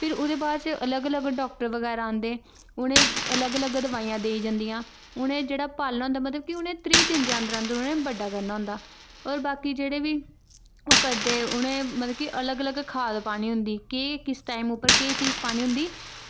फिर ओह्दे बाद अलग अलग डाक्टर आंदे उ'नेंगी अलग अलग दवाइयां दित्तियां जंदियां उ'नेंगी जेह्ड़ा मतलव पालनां होंदा उ'नेंगी मतलव त्रीह् दिन दे अन्दर अन्दर बड्डा करना होंदा होर बाकी जेह्ड़े बी ओह् करदे मतलव कि उनेंगी अलग अलग खाध पानी होंदी कि किस टाईम पर केह् चीज़ पानी होंदी